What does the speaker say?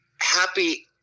happy